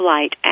Light